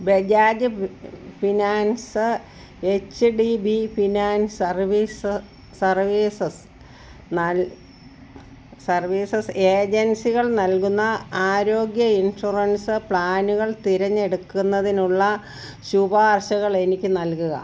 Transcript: Bajaj finance H D B finance service services നൽ services ഏജൻസികൾ നൽകുന്ന ആരോഗ്യ ഇൻഷുറൻസ് പ്ലാനുകൾ തിരഞ്ഞെടുക്കുന്നതിനുള്ള ശുപാർശകൾ എനിക്ക് നൽകുക